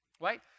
right